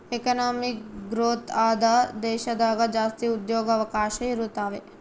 economic growth ಆದ ದೇಶದಾಗ ಜಾಸ್ತಿ ಉದ್ಯೋಗವಕಾಶ ಇರುತಾವೆ